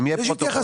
אם יהיה פרוטוקול.